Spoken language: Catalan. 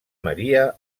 maria